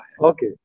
Okay